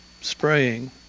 spraying